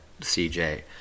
CJ